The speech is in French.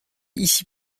ici